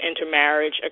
intermarriage